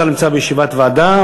מיקי רוזנטל נמצא בישיבת ועדה,